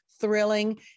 thrilling